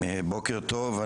בוקר טוב,